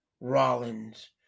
Rollins